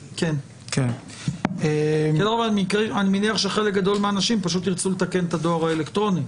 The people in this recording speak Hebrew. אני מניח שחלק גדול מהאנשים פשוט ירצו לתקן את הדואר האלקטרוני,